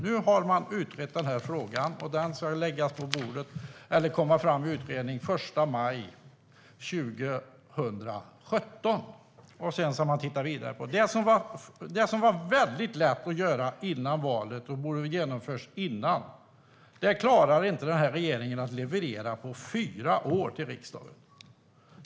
Nu har man tillsatt en utredning i frågan, och ett förslag ska läggas fram till den 1 maj 2017. Sedan ska man titta vidare på det. Det som var väldigt lätt att göra före valet och borde ha genomförts redan då klarar inte den här regeringen att leverera på fyra år till riksdagen.